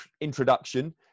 introduction